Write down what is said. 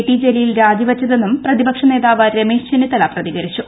T Jaleel രാജിവച്ചതെന്നും പ്രതിപക്ഷ നേതാവ് രമേശ് ചെന്നിത്തല പ്രതികരിച്ചു